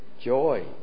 joy